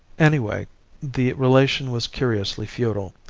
anyway the relation was curiously feudal.